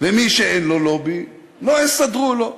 ומי שאין לו לובי, לא יסדרו לו.